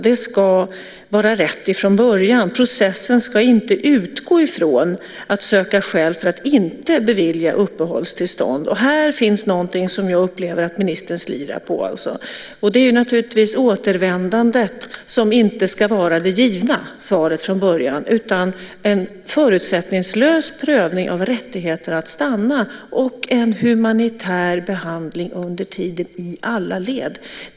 Det ska vara rätt från början. Processen ska inte utgå från att inte bevilja uppehållstillstånd. Här finns någonting som jag upplever att ministern slirar på. Återvändandet ska inte vara det givna svaret från början utan det ska vara en förutsättningslös prövning av rättigheten att stanna och en humanitär behandling under tiden i alla led.